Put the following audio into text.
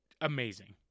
amazing